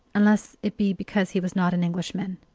unless it be because he was not an englishman.